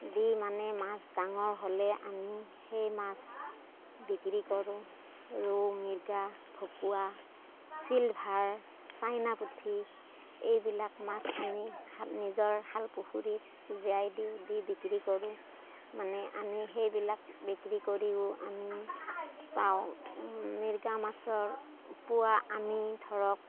দি মানে মাছ ডাঙৰ হ'লে আমি সেই মাছ বিক্ৰী কৰোঁ ৰৌ মিৰ্গা ভকুৱা চিলভাৰ চাইনা পুঠি এইবিলাক মাছ আমি খা নিজৰ খাল পুখুৰীত জিয়াই দিওঁ দি বিক্ৰী কৰোঁ মানে আমি সেইবিলাক বিক্ৰী কৰিও আমি পাওঁ মিৰ্গা মাছৰ পোৱা আমি ধৰক